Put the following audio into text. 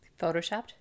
Photoshopped